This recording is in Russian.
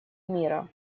мира